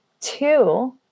Two